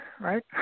Right